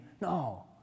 No